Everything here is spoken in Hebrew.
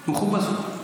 מכובסות.